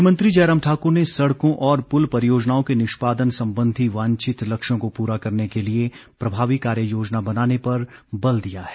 मुख्यमंत्री जयराम ठाकुर ने सड़कों और पुल परियोजनाओं के निष्पादन संबंधी वांछित लक्ष्यों को पूरा करने के लिए प्रभावी कार्य योजना बनाने पर बल दिया है